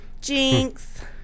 Jinx